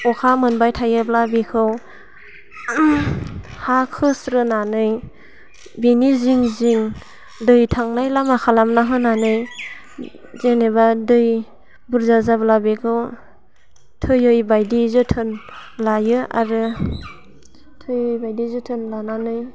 अखा मोनबाय थायोब्ला बेखौ हा खोस्रोनानै बिनि जिं जिं दै थांनाय लामा खालामना होनानै जेनेबा दै बुरजा जाब्ला बेखौ थैयै बायदि जोथोन लायो आरो थैयै बायदि जोथोन लानानै